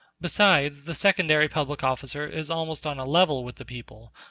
besides, the secondary public officer is almost on a level with the people,